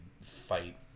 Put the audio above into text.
fight